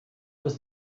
was